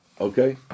Okay